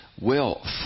Wealth